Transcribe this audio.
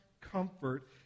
comfort